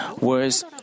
words